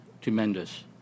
tremendous